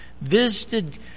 visited